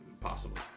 Possible